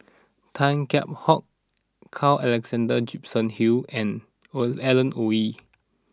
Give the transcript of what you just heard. Tan Kheam Hock Carl Alexander Gibson Hill and Alan Oei